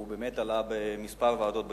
הוא באמת עלה בכמה ועדות בכנסת,